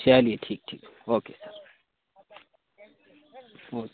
چلیے ٹھیک ٹھیک اوکے اوکے